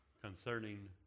concerning